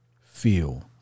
feel